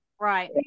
Right